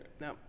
no